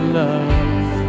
love